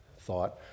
thought